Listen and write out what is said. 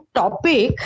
topic